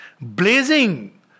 Blazing